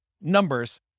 numbers